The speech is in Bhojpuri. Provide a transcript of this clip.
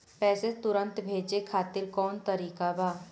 पैसे तुरंत भेजे खातिर कौन तरीका बा?